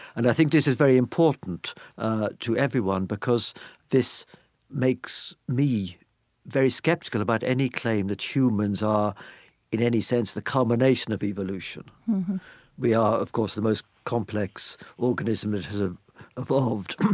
and i think this is very important to everyone because this makes me very skeptical about any claim that humans are in any sense the culmination of evolution mm-hmm we are, of course, the most complex organism that has ah evolved,